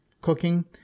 cooking